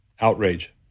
outrage